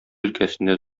өлкәсендә